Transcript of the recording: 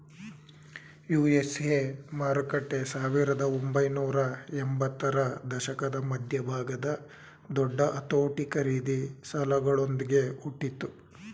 USA ಮಾರುಕಟ್ಟೆ ಸಾವಿರದ ಒಂಬೈನೂರ ಎಂಬತ್ತರ ದಶಕದ ಮಧ್ಯಭಾಗದ ದೊಡ್ಡ ಅತೋಟಿ ಖರೀದಿ ಸಾಲಗಳೊಂದ್ಗೆ ಹುಟ್ಟಿತು